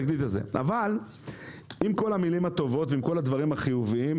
אבל עם כל המילים הטובות ועם כל הדברים החיוביים,